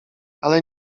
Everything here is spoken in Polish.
ale